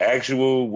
Actual